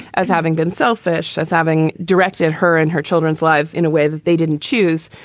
as having been selfish, as having directed her and her children's lives in a way that they didn't choose.